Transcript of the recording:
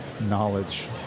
knowledge